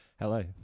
Hello